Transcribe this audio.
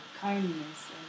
kindness